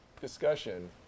discussion